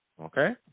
okay